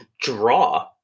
draw